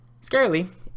Scarily